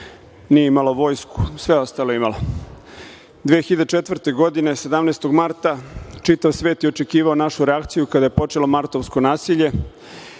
Nije imala vojsku, sve ostalo je imala. Godine 2004, 17. marta čitav svet je očekivao našu reakciju kada je počelo martovsko nasilje.